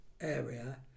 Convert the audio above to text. area